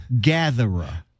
Gatherer